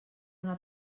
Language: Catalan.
una